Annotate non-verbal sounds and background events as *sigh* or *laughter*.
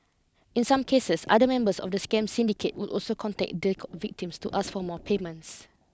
in some cases other members of the scam syndicate would also contact the *unintelligible* victims to ask for more payments